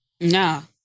No